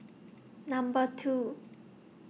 Number two